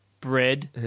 bread